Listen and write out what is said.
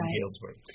Galesburg